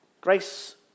Grace